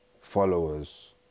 followers